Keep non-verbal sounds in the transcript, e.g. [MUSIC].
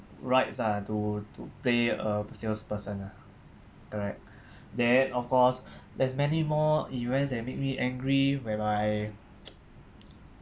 rights ah to to play a salesperson lah correct then of course there's many more events that make me angry whereby [NOISE]